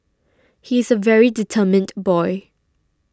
he's a very determined boy